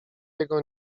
jego